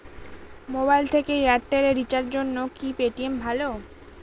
Mobile থেকে Airtel এ রিচার্জের জন্য কি পেটিএম ভালো?